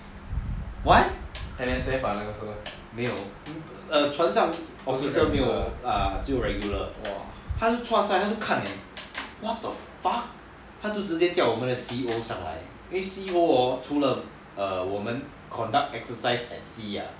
what 船上没有 officer 只有 regular 他就 chua sai 他就看 eh what the fuck 他就直接教我们的 C_O 上来因为 C_O hor 除了 err conduct exercise at sea ah